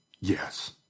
Yes